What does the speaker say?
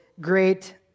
great